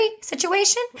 situation